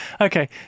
Okay